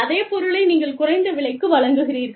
அதே பொருளை நீங்கள் குறைந்த விலைக்கு வழங்குகிறீர்கள்